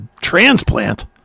transplant